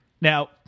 Now